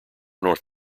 north